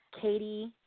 Katie